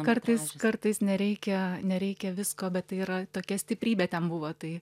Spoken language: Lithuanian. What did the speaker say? kartais kartais nereikia nereikia visko bet tai yra tokia stiprybė ten buvo tai